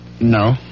No